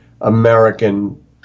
American